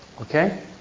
Okay